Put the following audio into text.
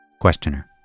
Questioner